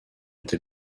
tel